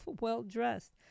well-dressed